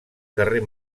carrer